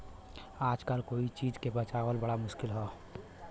आजकल कोई चीज के बचावल बड़ा मुश्किल हौ